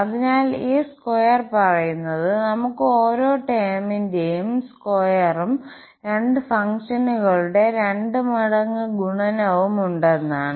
അതിനാൽ ഈ സ്ക്വയർ പറയുന്നത് നമുക്ക് ഓരോ ടേമിന്റെയും സ്ക്വയറും രണ്ട് ഫംഗ്ഷനുകളുടെ 2 മടങ്ങ് ഗുണനവും ഉണ്ടെന്നാണ്